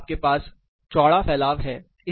तो आपके पास चौड़ा फैलाव है